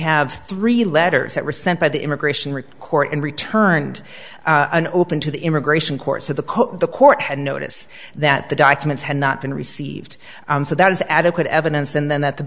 have three letters that were sent by the immigration records and returned an open to the immigration court to the co the court had notice that the documents had not been received so that is adequate evidence and then that the